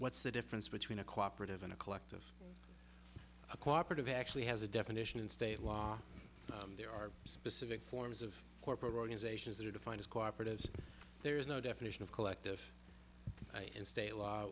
what's the difference between a cooperative and a collective a cooperative actually has a definition in state law there are specific forms of corporate organizations that are defined as cooperatives there is no definition of collective and state law